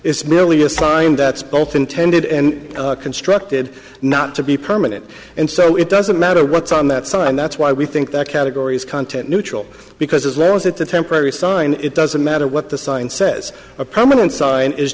is merely a sign that both intended and constructed not to be permanent and so it doesn't matter what's on that side and that's why we think that category is content neutral because if there is it's a temporary sign it doesn't matter what the sign says a permanent sign is